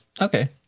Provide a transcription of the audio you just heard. Okay